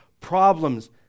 problems